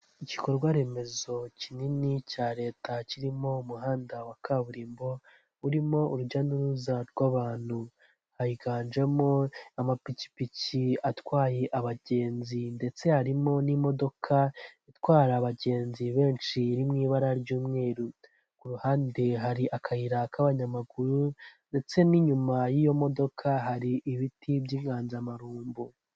Igikorwa remezo kinini cya leta kirimo umuhanda wa kaburimbo urimo urujya n'uruza rw'abantu, higanjemo amapikipiki atwaye abagenzi ndetse harimo n'imodoka itwara abagenzi benshi iri mu ibara ry'umweru, ku ruhande hari akayira k'abanyamaguru ndetse n'inyuma y'iyo modoka hari ibiti by'inganzamarumbo.